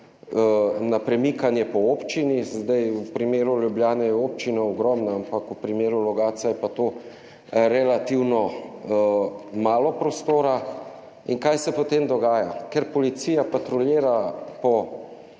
na premikanje po občini, zdaj, v primeru Ljubljane je občina ogromna, ampak v primeru Logatca je pa to relativno malo prostora in kaj se potem dogaja? Ker policija patruljira po